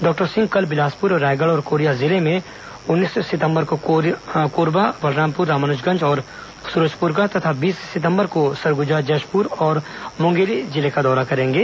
doctor Singh कल बिलासपुर रायगढ़ और कोरिया जिले में उन्नीस सितंबर को कोरबा बलरामपुर रामानुजगंज और सूरजपुर का तथा बीस सितंबर को सरगुजा जशपुर तथा मुंगेली जिले का दौरा करेंगे